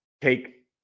take